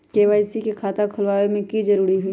KYC के खाता खुलवा में की जरूरी होई?